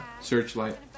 Searchlight